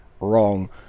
wrong